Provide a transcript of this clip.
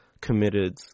committed